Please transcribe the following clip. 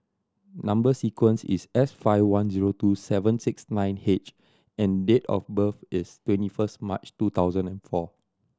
number sequence is S five one zero two seven six nine H and date of birth is twenty first March two thousand and four